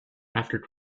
after